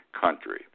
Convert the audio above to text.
country